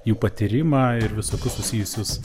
jų patyrimą ir visokius susijusius